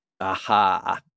Aha